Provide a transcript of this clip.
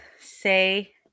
say